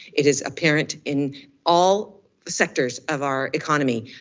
it is apparent in all sectors of our economy.